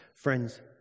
Friends